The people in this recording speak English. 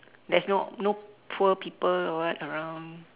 there's no no poor people or what around